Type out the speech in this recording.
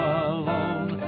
alone